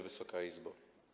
Wysoka Izbo!